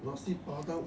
nasi padang